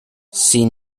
sin